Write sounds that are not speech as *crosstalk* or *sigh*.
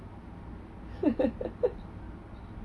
*laughs*